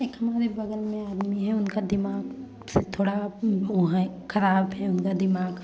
एक हमारे बगल में आदमी हैं उनका दिमाग थोड़ा वह हैं खराब है उनका दिमाग